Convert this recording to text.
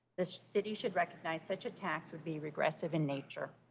the city should recognize such a tax would be regressive in nature.